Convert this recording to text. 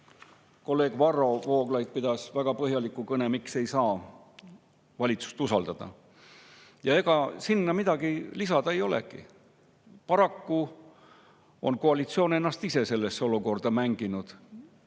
kolleeg Varro Vooglaid väga põhjaliku kõne sellest, miks ei saa valitsust usaldada, ja ega sinna midagi lisada ei olegi. Paraku on koalitsioon ennast ise sellesse olukorda mänginud, see algas